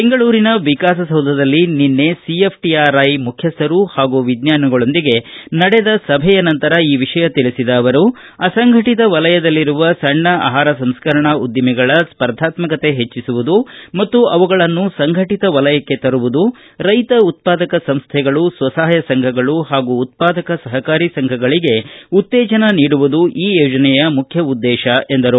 ಬೆಂಗಳೂರಿನ ವಿಕಾಸಸೌಧದಲ್ಲಿ ನಿನ್ನೆ ಸಿಎಫ್ ಟಿಆರ್ಐ ಮುಖ್ಯಸ್ಥರು ಹಾಗೂ ವಿಜ್ಞಾನಿಗಳೊಂದಿಗೆ ನಡೆದ ಸಭೆಯ ನಂತರ ಈ ವಿಷಯ ತಿಳಿಸಿದ ಅವರು ಅಸಂಘಟತ ವಲಯದಲ್ಲಿರುವ ಸಣ್ಣ ಆಹಾರ ಸಂಸ್ಕರಣಾ ಉದ್ದಿಮೆಗಳ ಸ್ಪರ್ಧಾತ್ಮಕತೆ ಹೆಟ್ಟಿಸುವುದು ಮತ್ತು ಅವುಗಳನ್ನು ಸಂಘಟತ ವಲಯಕ್ಷೆ ತರುವುದು ರೈತ ಉತ್ಪಾದಕ ಸಂಸ್ಥೆಗಳು ಸ್ವಸಹಾಯ ಸಂಘಗಳು ಹಾಗೂ ಉತ್ಪಾದಕ ಸಹಕಾರಿ ಸಂಘಗಳಿಗೆ ಉತ್ತೇಜನ ನೀಡುವುದು ಈ ಯೋಜನೆಯ ಮುಖ್ಯ ಉದ್ದೇಶ ಎಂದರು